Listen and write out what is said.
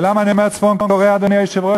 ולמה אני אומר צפון-קוריאה, אדוני היושב-ראש?